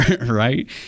right